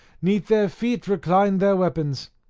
neath their feet reclined their weapons.